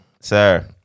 Sir